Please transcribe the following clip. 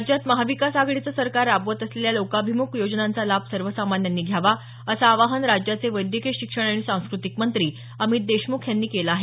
राज्यात महाविकास आघाडीचं सरकार राबवत असलेल्या लोकाभिमुख योजनांचा लाभ सर्वसामान्यांनी घ्यावा असं आवाहन राज्याचे वैद्यकीय शिक्षण आणि सांस्क्रतिक मंत्री तसंच अमित देशमुख यांनी केलं आहे